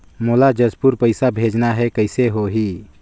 मोला जशपुर पइसा भेजना हैं, कइसे होही?